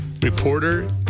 reporter